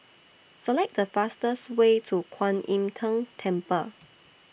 Select The fastest Way to Kwan Im Tng Temple